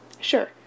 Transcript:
Sure